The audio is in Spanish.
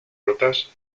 rutas